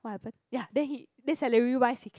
what happen ya then he then salary wise he can